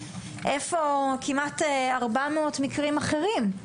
איפה כמעט 400 מקרים אחרים?